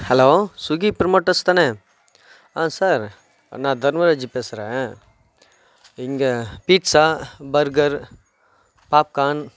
hello Suki promoters தானே sir நான் தர்மராஜ் பேசுகிறேன் இங்கே பீட்சா பர்கர் பாப்கார்ன்